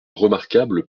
remarquable